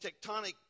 tectonic